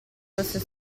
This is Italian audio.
fosse